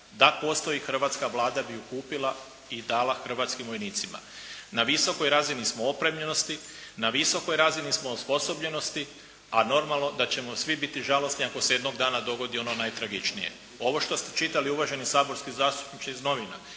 Da postoji hrvatska Vlada bi ju kupila i dala hrvatskim vojnicima. Na visokoj razini smo opremljenosti. Na visokoj razini smo osposobljenosti, a normalno da ćemo svi biti žalosno ako se jednog dana dogodi ono najtragičnije. Ovo što ste čitali uvaženi saborski zastupniče iz novina